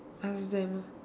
ask them lor